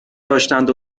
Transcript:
داشتند